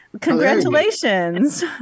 Congratulations